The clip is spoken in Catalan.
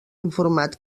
informat